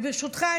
וברשותך,